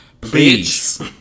Please